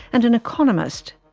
and an economist.